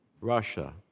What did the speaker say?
Russia